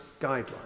guidelines